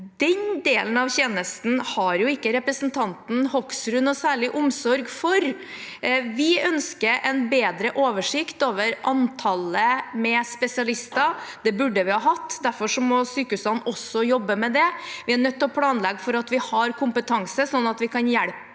Den delen av tjenesten har ikke representanten Hoksrud noe særlig omsorg for. Vi ønsker en bedre oversikt over antallet spesialister. Det burde vi ha hatt, derfor må sykehusene også jobbe med det. Vi er nødt til å planlegge for at vi skal ha kompetanse, slik at vi kan hjelpe